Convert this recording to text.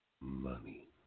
Money